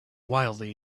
wildly